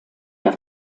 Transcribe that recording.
der